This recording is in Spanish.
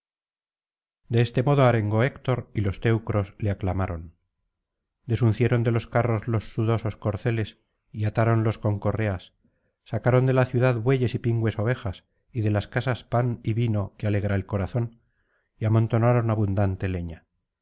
de este modo arengó héctor y los teucros le aclamaron desuncieron de los carros los sudosos corceles y atáronlos con correas sacaron de la ciudad bueyes y pingües ovejas y de las casas pan y vino que alegra el corazón y amontonaron abundante leña